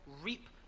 reap